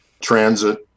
transit